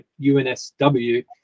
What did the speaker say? UNSW